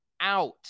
out